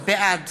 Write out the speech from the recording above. בעד